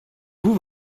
vous